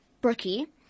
Brookie